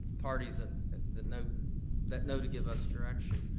parties ah that know that know to give us direction,